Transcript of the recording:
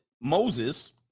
Moses